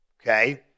Okay